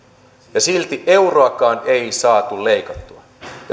ja silti euroakaan ei saatu leikattua